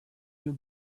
will